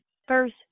First